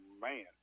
man